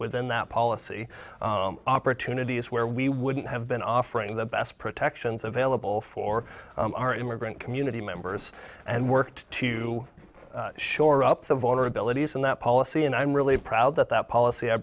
within that policy opportunities where we wouldn't have been offering the best protections available for our immigrant community members and worked to shore up the vulnerabilities in that policy and i'm really proud that that policy i